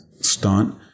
stunt